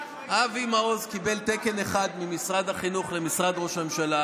אבי מעוז קיבל תקן אחד ממשרד החינוך למשרד ראש הממשלה,